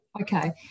Okay